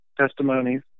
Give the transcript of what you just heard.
testimonies